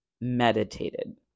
meditated